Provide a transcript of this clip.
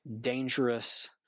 dangerous